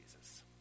Jesus